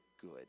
good